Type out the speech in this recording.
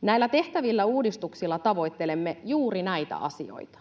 Näillä tehtävillä uudistuksilla tavoittelemme juuri näitä asioita.